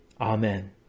Amen